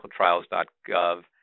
clinicaltrials.gov